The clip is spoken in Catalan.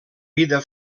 vida